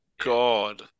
God